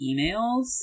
emails